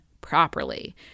properly